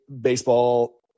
baseball